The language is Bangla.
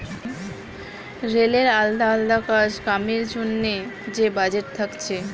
রেলের আলদা আলদা কাজ কামের জন্যে যে বাজেট থাকছে